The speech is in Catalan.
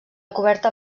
coberta